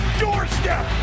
doorstep